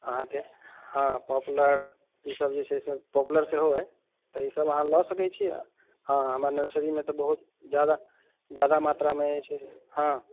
अहाँके हँ पॉपलर ई सब जे छै से पॉपलर सेहो अइ तऽ ई सब अहाँ लऽ सकैत छी हँ हमरा नर्सरीमे तऽ बहुत जादा जादा मात्रामे अछि हँ